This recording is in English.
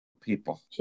people